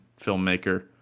filmmaker